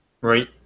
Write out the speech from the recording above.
Right